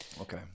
Okay